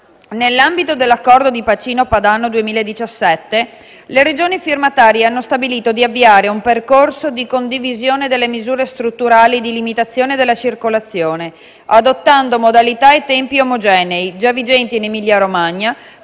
Nell'ambito dell'accordo di bacino padano 2017, le Regioni firmatarie hanno stabilito di avviare un percorso di condivisione delle misure strutturali di limitazione della circolazione, adottando modalità e tempi omogenei già vigenti in Emilia-Romagna